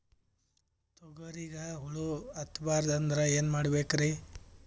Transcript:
ತೊಗರಿಗ ಹುಳ ಹತ್ತಬಾರದು ಅಂದ್ರ ಏನ್ ಮಾಡಬೇಕ್ರಿ?